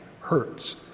hurts